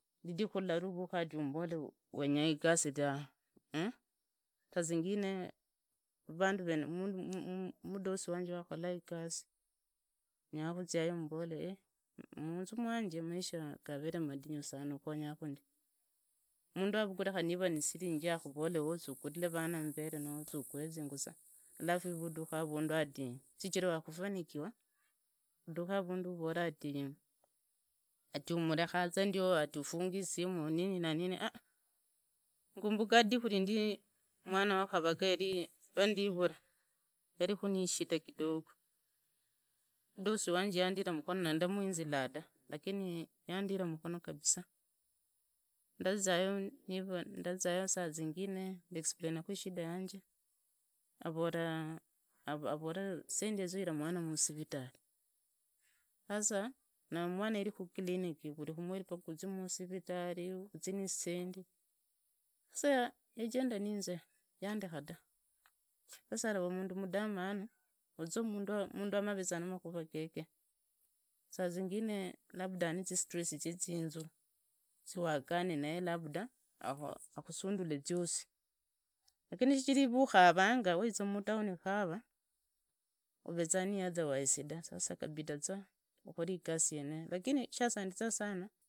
Ridhikha ila navukhaa umbola ndenya igasi ta, suzingine mudosi wanje wakhola igasi nyala khazia yo mbole munzu mwanje muisha gavere muhinyu sana khonyakhu ndi, mundu anigure khari niva niisiringi akhuvoree zia igurire vana khari niva ni mbeere noo zinguza alaf ati, ati umurekhaza ndio ati ufungi isimu nini na nini,. Ngombuka ridhiku rindu mwana wa kharaga wandivura ndarikha niishida kidogo, muolosi wanje yamba mukhono na ndamuizirira ta lakini yandira muhono kabisa, ndazayo sazingine ndeexplainakhashida yanje avora zisendi yezo huru mwana musivitali hasa mwana yari khuclinic vuri khumwezi uzii nizisendi khulla daktari uzii ni sendi, sasa yajenda niinze yandekha ta, sasa yarava mundu mutamanu, uzii mundu ameveza namekhura gege suzingine labda ameraza na zistress ziezie zunzuu, uzi huagana labda akhusundullee ziosi, lakini shichire wee ukharanga, wizi mutuoni ukharanga, uvezaa niiotherwise ta, sasa gabidaza ukhori basi yeneyo, lakini shasaidizaa sana.